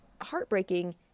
heartbreaking